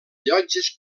llotges